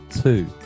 two